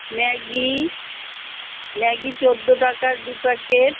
Maggi Maggi চোদ্দ টাকার দু প্যাকেট